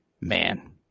man